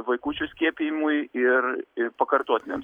vaikučių skiepijimui ir ir pakartotiniams